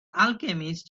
alchemist